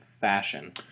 fashion